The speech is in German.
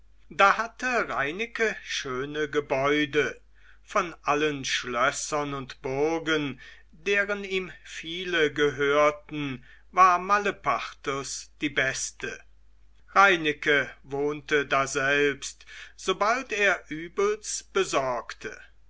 da hatte reineke schöne gebäude von allen schlössern und burgen deren ihm viele gehörten war malepartus die beste reineke wohnte daselbst sobald er übels besorgte